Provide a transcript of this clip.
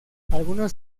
algunos